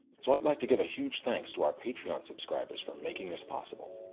so i'd like to give a huge thanks to our patreon subscribers for making this possible.